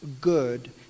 good